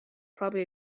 probably